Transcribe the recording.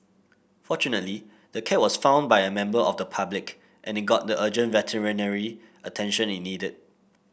fortunately the cat was found by a member of the public and it got the urgent veterinary attention it needed